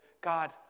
God